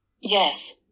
Yes